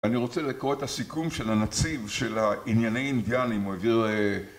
אני רוצה לקרוא את הסיכום של הנציב של הענייני אינדיאנים, הוא העביר הא...